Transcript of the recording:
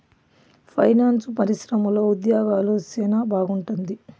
finance పరిశ్రమలో ఉద్యోగాలు సెనా బాగుంటుంది